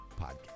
podcast